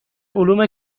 علوم